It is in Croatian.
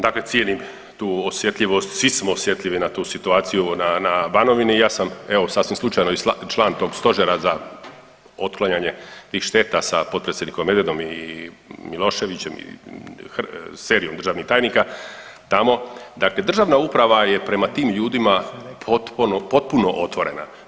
Dakle, cijenim tu osjetljivost, svi smo osjetljivi na tu situaciju na Banovini i evo ja sam sasvim slučajno i član tog stožera za otklanjanje tih šteta sa potpredsjednikom Medvedom i Miloševićem i serijom državnih tajnika tamo, dakle državna uprava je prema tim ljudima potpuno otvorena.